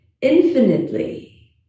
infinitely